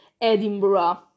Edinburgh